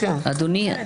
אדוני,